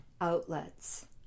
outlets